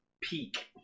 Peak-